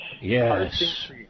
Yes